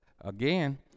again